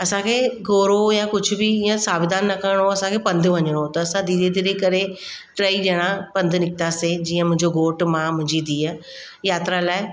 असांखे घोड़ो या कुझु बि हीअं सावधानु न करिणो असांखे पंधु वञिणो त असां धीरे धीरे करे टई ॼणा पंधु निकितासीं जीअं मुंहिंजो घोटु मां मुंहिंजी धीअ यात्रा लाइ